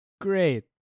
Great